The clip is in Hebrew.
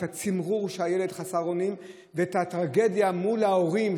את הצמרור של הילד חסר האונים ואת הטרגדיה מול ההורים,